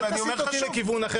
אל תסיט אותי לכיוון אחר.